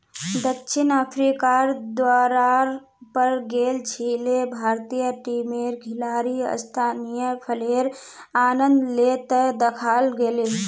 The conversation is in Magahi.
दक्षिण अफ्रीकार दौरार पर गेल छिले भारतीय टीमेर खिलाड़ी स्थानीय फलेर आनंद ले त दखाल गेले